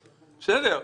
בסדר,